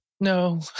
No